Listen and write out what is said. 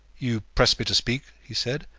you pressed me to speak, he said,